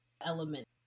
element